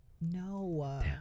No